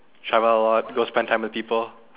travel a lot go spend time with people